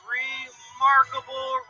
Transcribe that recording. remarkable